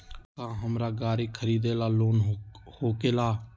का हमरा गारी खरीदेला लोन होकेला?